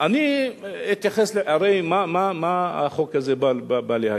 הרי על מה החוק הזה בא להגן?